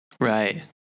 Right